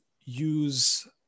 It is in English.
use